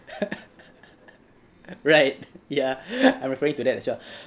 right ya I'm referring to that as well